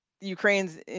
Ukraine's